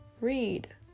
read